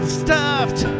stuffed